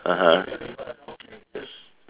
(uh huh)